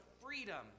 freedom